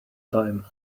time